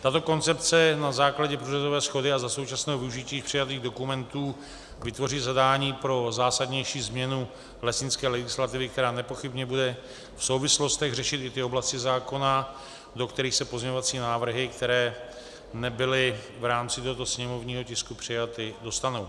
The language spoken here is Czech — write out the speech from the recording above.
Tato koncepce na základě průřezové shody a za současného využití přijatých dokumentů vytvoří zadání pro zásadnější změnu lesnické legislativy, která nepochybně bude v souvislostech řešit i ty oblasti zákona, do kterých se pozměňovací návrhy, které nebyly v rámci tohoto sněmovního tisku přijaty, dostanou.